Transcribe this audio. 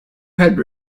had